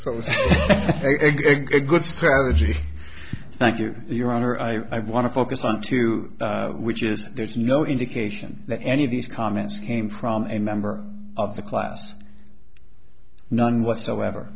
a good strategy thank you your honor i want to focus on two which is there's no indication that any of these comments came from any member of the class none whatsoever